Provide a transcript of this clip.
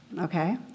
okay